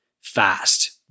fast